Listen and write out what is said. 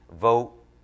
vote